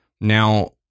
now